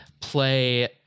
play